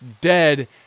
dead